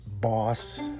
boss